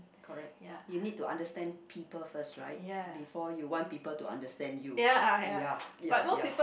correct you need to understand people first right before you want people to understand you ya ya ya